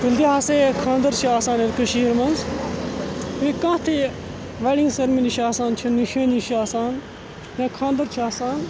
ییٚلہِ تہِ ہَسا یہِ خاندَر چھِ آسان یَتھ کٔشیٖرِ منٛز یہِ کانٛہہ تہِ یہِ ویڈِنٛگ سٔرمٔنی چھِ آسان چھِ نِشٲنۍ ہِش چھِ آسان یا خاندَر چھُ آسان